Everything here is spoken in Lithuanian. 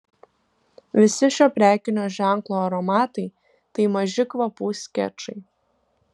visi šio prekinio ženklo aromatai tai maži kvapų skečai